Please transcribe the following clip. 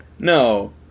No